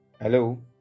Hello